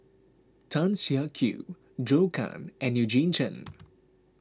Tan Siak Kew Zhou Can and Eugene Chen